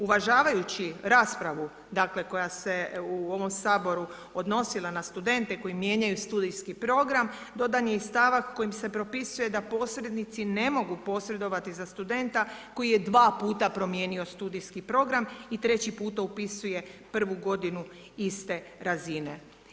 Uvažavajući raspravu dakle koja se u ovom Saboru odnosila na studente koji mijenjaju studijski program, dodan je i stavak kojim se propisuje da posrednici ne mogu posredovati za studenta koji je dva puta promijenio studijski program i treći puta upisuje prvu godinu iste razine.